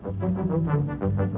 when